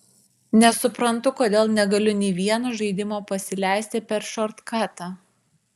nesuprantu kodėl negaliu nei vieno žaidimo pasileist per šortkatą